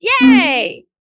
Yay